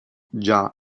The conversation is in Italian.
già